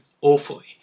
awfully